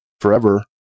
forever